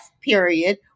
period